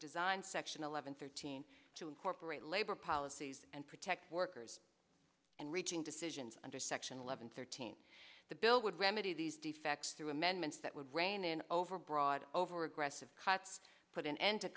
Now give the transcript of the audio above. designed section eleven thirteen to incorporate labor policies and protect workers and reaching decisions under section eleven thirteen the bill would remedy these defects through amendments that would rein in overbroad over aggressive cuts put an end to